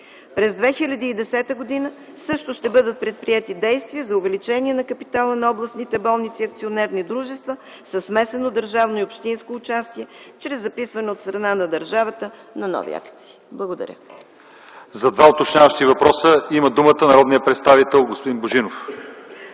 През 2010 г. също ще бъдат предприети действия за увеличение на капитала на областните болници – акционерни дружества, със смесено държавно и общинско участие чрез записване от страна на държавата на нови акции. Благодаря ви. ПРЕДСЕДАТЕЛ ЛЪЧЕЗАР ИВАНОВ: За два уточняващи въпроса има думата народният представител господин Божинов.